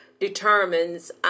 determines